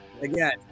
again